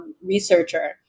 researcher